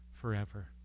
forever